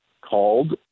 called